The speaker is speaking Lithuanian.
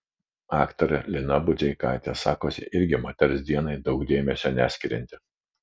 aktorė lina budzeikaitė sakosi irgi moters dienai daug dėmesio neskirianti